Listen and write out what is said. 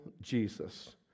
Jesus